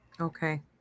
okay